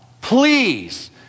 please